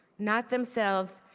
not themselves,